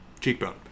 cheekbone